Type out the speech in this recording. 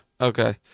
okay